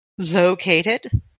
Located